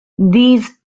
these